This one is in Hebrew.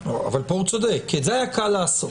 אבל פה הוא צודק, כי את זה היה קל לעשות.